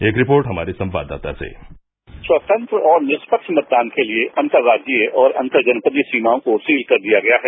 एक रिपोर्ट हमारे संवाददाता से स्वतंत्र और निष्पक्ष मतदान के लिए अंतर्राज्जीय और अंतर जनपदीय सीमाओं को सील कर दिया गया है